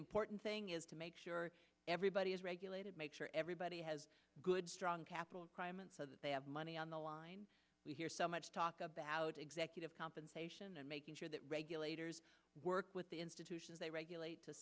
important thing is to make sure everybody is regulated make sure everybody has good strong capital so that they have money on the line we hear so much talk about executive compensation and making sure that regulators work with the institutions they regulate